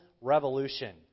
revolution